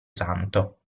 santo